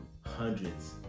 hundreds